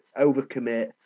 overcommit